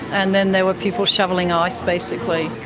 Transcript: and then there were people shovelling ice, basically.